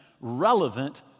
relevant